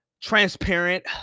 transparent